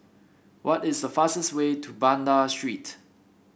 what is the fastest way to Banda Street